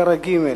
פרק ג',